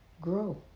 grow